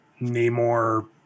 Namor